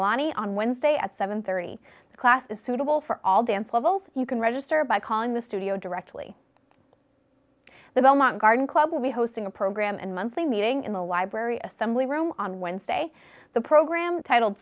dovolani on wednesday at seven hundred and thirty the class is suitable for all dance levels you can register by calling the studio directly the belmont garden club will be hosting a program and monthly meeting in the library assembly room on wednesday the program titled